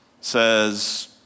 says